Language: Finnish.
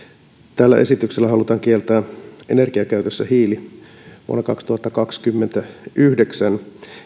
tällä esityksellä halutaan kieltää energiakäytössä hiili vuonna kaksituhattakaksikymmentäyhdeksän